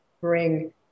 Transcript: bring